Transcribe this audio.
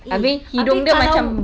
eh abeh kalau